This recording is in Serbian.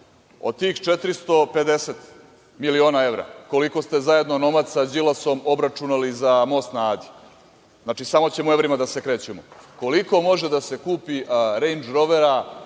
Od tih 450 miliona evra, koliko ste zajedno onomad sa Đilasom obračunali za most na Adi, znači samo ćemo evrima da se krećemo, koliko može da se kupi Rendž Rovera